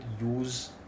use